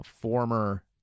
former